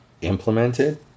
implemented